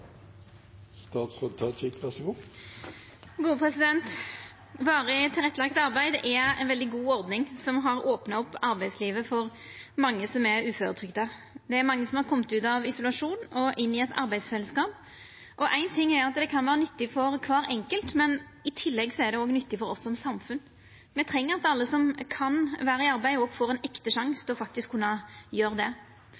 tilrettelagt arbeid er ei veldig god ordning som har opna arbeidslivet for mange som er uføretrygda. Mange har kome ut av isolasjon og inn i eit arbeidsfellesskap. Éin ting er at det kan vera nyttig for kvar einskild, men i tillegg er det nyttig for oss som samfunn. Me treng at alle som kan vera i arbeid, får ein ekte